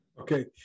Okay